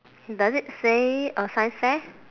does it say a science fair